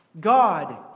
God